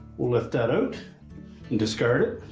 we'll lift that out and discard